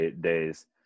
days